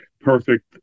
perfect